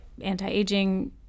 anti-aging